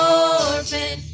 orphan